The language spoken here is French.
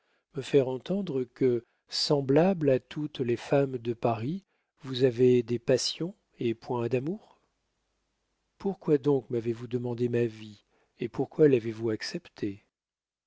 me faire entendre que semblable à toutes les femmes de paris vous avez des passions et point d'amour pourquoi donc m'avez-vous demandé ma vie et pourquoi l'avez-vous acceptée